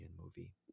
movie